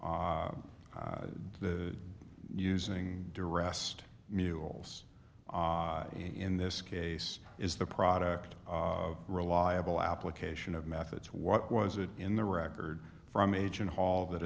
the using duress mules in this case is the product of reliable application of methods what was it in the record from agent hall that